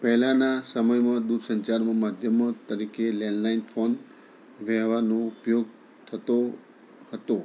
પહેલાંના સમયમાં દૂરસંચારમાં માધ્યમો તરીકે લેન્ડ લાઈન ફોન વહેવાનું ઉપયોગ થતો હતો